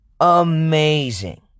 amazing